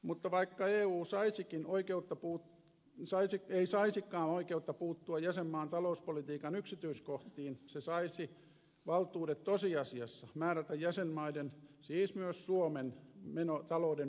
mutta vaikka eu ei saisikaan oikeutta puuttua jäsenmaan talouspolitiikan yksityiskohtiin se saisi valtuudet tosiasiassa määrätä jäsenmaiden siis myös suomen talouden menokehyksistä